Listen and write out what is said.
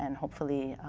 and hopefully,